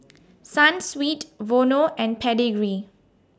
Sunsweet Vono and Pedigree